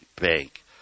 Bank